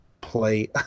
play